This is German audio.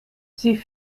sie